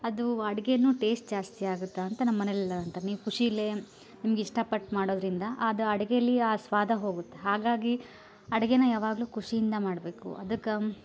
ಅದು ಅಡುಗೇನೂ ಟೇಸ್ಟ್ ಜಾಸ್ತಿ ಆಗತ್ತಾ ಅಂತ ನಮ್ಮ ಮನೆಯಲ್ಲಿ ಅಂತಾರೆ ನೀವು ಖುಷಿಲೇ ನಿಮ್ಗೆ ಇಷ್ಟಪಟ್ಟು ಮಾಡೋದರಿಂದ ಅದು ಅಡಿಗೆಲಿ ಆ ಸ್ವಾದ ಹೋಗುತ್ತೆ ಹಾಗಾಗಿ ಅಡಿಗೇನ ಯಾವಾಗಲೂ ಖುಷಿಯಿಂದ ಮಾಡಬೇಕು ಅದಕ್ಕೆ